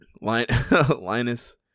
Linus